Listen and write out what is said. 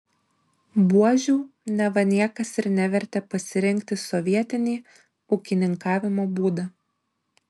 buožių neva niekas ir nevertė pasirinkti sovietini ūkininkavimo būdą